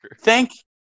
Thank